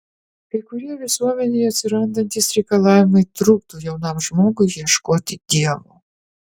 kai kurie visuomenėje atsirandantys reikalavimai trukdo jaunam žmogui ieškoti dievo